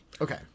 Okay